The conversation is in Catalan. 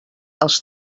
els